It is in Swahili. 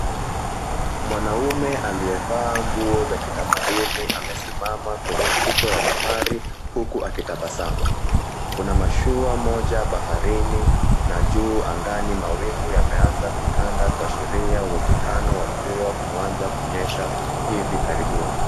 Mwanaume aliyevaa nguo za kitamaduni, amesimama kwenye ufukwe wa bahari, huku akitabasamu. Kuna mashua moja baharini na juu angani mawingu yameanza kutanda kuashiria uwezekano wa mvua kuanza kunyesha hivi karibuni.